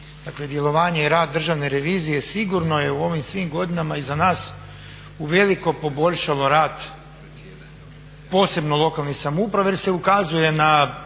dakle djelovanje i rad Državne revizije sigurno je u ovim svim godinama iza nas u veliko poboljšalo rad posebno lokalne samouprave jer se ukazuje na